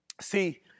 See